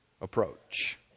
approach